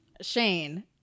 Shane